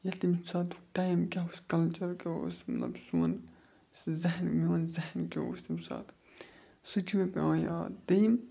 یا تَمہِ ساتُک ٹایم کیٛاہ اوس کَلچَر کیٛاہ اوس مطلب سون یُس ذہن میون ذہن کیٛاہ اوس تَمہِ ساتہٕ سُہ چھِ مےٚ پٮ۪وان یاد دٔیِم